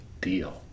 deal